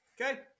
okay